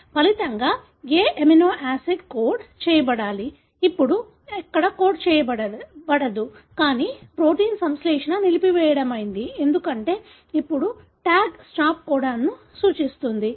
ఫలితంగా ఏ amino acid code చేయబడాలి ఇప్పుడు అక్కడ కోడ్ చేయబడదు కానీ ప్రోటీన్ సంశ్లేషణ నిలిపివేయబడింది ఎందుకంటే ఇప్పుడు TAG స్టాప్ కోడన్ను సూచిస్తుంది